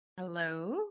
Hello